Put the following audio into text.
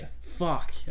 Fuck